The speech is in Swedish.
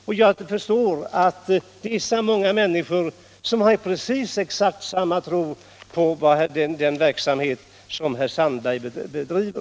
Och jag förstår att alla de människor som det här gäller har precis samma tro på den verksamhet som dr Sandberg bedriver.